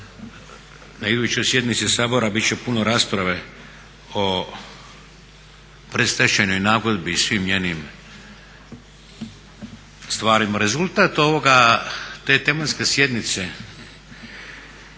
na idućoj sjednici Sabora bit će puno rasprave o predstečajnoj nagodbi i svim njenim stvarima. Rezultat te tematske sjednice